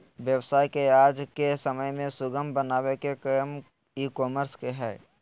व्यवसाय के आज के समय में सुगम बनावे के काम ई कॉमर्स के हय